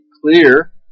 clear